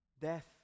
death